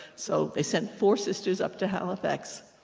so they sent four sisters up to halifax.